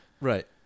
Right